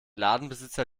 ladenbesitzer